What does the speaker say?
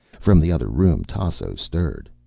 from the other room tasso stirred.